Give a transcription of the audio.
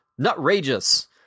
nutrageous